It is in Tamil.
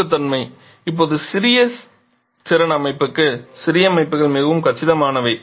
சுருக்கத்தன்மை இப்போது சிறிய திறன் அமைப்புக்கு சிறிய அமைப்புகள் மிகவும் கச்சிதமானவை